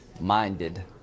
minded